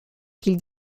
qu’il